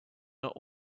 not